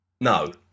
No